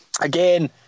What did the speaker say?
again